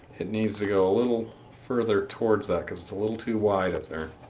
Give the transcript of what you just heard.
it needs to go a little further towards that, because it's a little too wide up there.